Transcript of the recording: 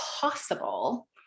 possible